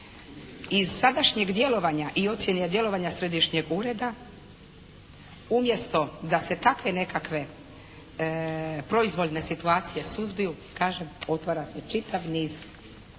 Iz sadašnjeg djelovanja i ocjene djelovanja središnjeg ureda umjesto da se takve nekakve proizvoljne situacije suzbiju kažem otvara se čitav niz novih